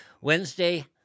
Wednesday